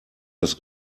das